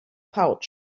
pouch